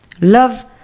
love